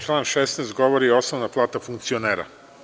Član 16. govori o osnovnoj plati funkcionera.